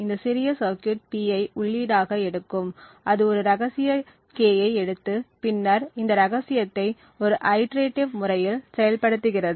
இந்த சிறிய circuit P ஐ உள்ளீடாக எடுக்கும் அது ஒரு ரகசிய K ஐ எடுத்து பின்னர் இந்த ரகசியத்தை ஒரு ஐடிரேடிவ் முறையில் செயல்படுத்துகிறது